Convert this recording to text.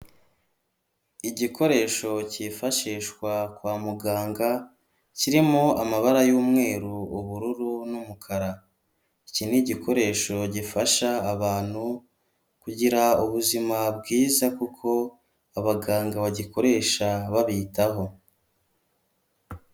Igikoresho cyifashishwa kwa muganga kirimo amabara y'umweru, ubururu, n'umukara, iki nigikoresho gifasha abantu kugira ubuzima bwiza kuko abaganga bagikoresha babitaho.